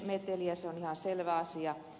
se on ihan selvä asia